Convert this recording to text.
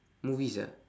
movies ah